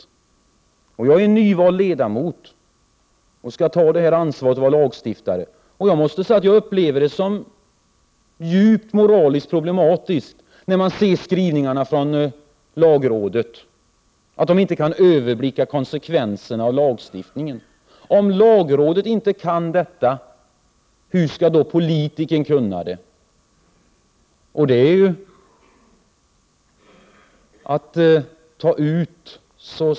I egenskap av nyvald riksdagsledamot har jag som lagstiftare ett ansvar, och jag måste säga att jag upplever lagrådets skrivningar som mycket problematiska vad gäller moralen. Man skriver nämligen att man inte kan överblicka konsekvenserna av lagstiftningen. Om lagrådet inte kan överblicka dessa, hur skall då politikerna kunna göra det?